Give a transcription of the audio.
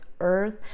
earth